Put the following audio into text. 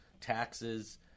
taxes